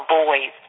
boys